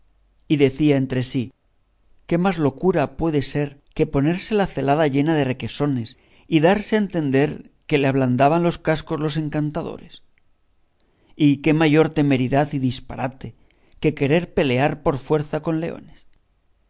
y decía entre sí qué más locura puede ser que ponerse la celada llena de requesones y darse a entender que le ablandaban los cascos los encantadores y qué mayor temeridad y disparate que querer pelear por fuerza con leones